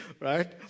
right